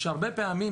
הרבה פעמים,